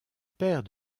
père